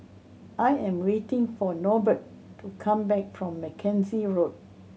I am waiting for Norbert to come back from Mackenzie Road